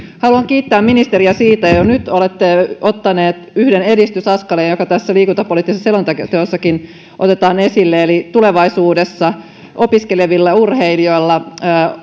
haluan kiittää ministeriä siitä jo nyt että olette ottanut yhden edistysaskeleen joka tässä liikuntapoliittisessa selonteossakin otetaan esille eli tulevaisuudessa opiskelevilla urheilijoilla